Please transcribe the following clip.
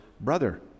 brother